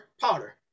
powder